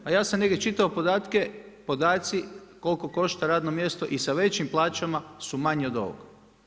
A ja sam negdje čitao podatke, podaci koliko košta radno mjesto i sa većim plaćama su manje od ovoga.